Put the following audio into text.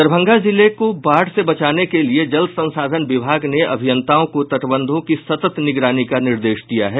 दरभंगा जिले को बाढ़ से बचाने के लिए जल संसाधन विभाग ने अभियंताओं को तटबंधों की सतत् निगरानी का निर्देश दिया है